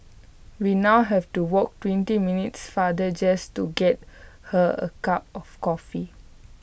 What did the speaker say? we now have to walk twenty minutes farther just to get her A cup of coffee